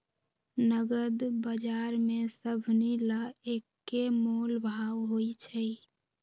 नगद बजार में सभनि ला एक्के मोलभाव होई छई